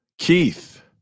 Keith